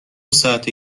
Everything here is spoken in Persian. ساعته